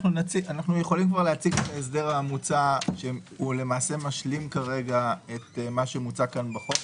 אנחנו יכולים להציג את ההסדר המוצע שלמעשה משלים את מה שמוצע כאן בחוק.